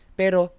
pero